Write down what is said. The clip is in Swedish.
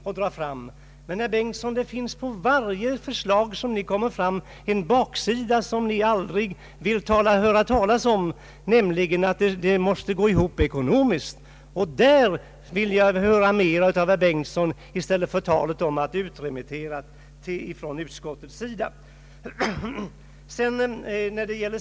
Men det finns, herr Bengtson, på varje förslag som ni för fram en baksida som ni aldrig vill höra talas om, nämligen att det måste gå ihop ekonomiskt, Därvidlag vill jag höra mer av herr Bengtson än detta att förslaget är utremitterat från utskottet.